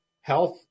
Health